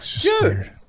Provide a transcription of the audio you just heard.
dude